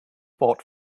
fought